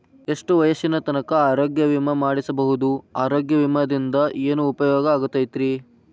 ಎಷ್ಟ ವಯಸ್ಸಿನ ತನಕ ಆರೋಗ್ಯ ವಿಮಾ ಮಾಡಸಬಹುದು ಆರೋಗ್ಯ ವಿಮಾದಿಂದ ಏನು ಉಪಯೋಗ ಆಗತೈತ್ರಿ?